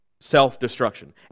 self-destruction